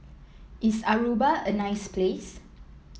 is Aruba a nice place